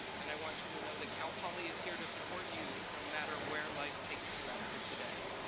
and i want you to know that cal poly is here to support you, no matter where life takes you after today.